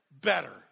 Better